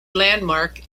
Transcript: landmark